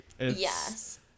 yes